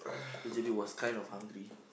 to J_B was kind of hungry